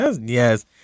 yes